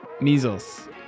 measles